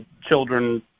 children